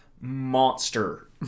monster